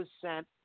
percent